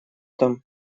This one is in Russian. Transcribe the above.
там